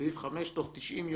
סעיף 5: "תוך 90,